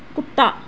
ਕੁੱਤਾ